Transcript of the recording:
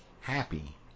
happy